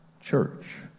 church